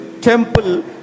temple